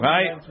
Right